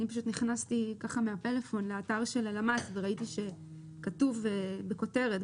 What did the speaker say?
נכנסתי מהפלאפון לאתר של הלמ"ס וראיתי שכתוב בכותרת: